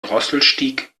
drosselstieg